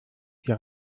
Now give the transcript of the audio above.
die